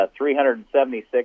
376